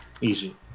Easy